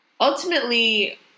ultimately